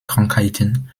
krankheiten